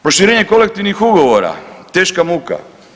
Proširenje kolektivnih ugovora, teška muka.